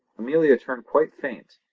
amelia turned quite faint,